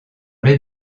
les